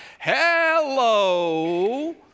Hello